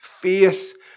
faith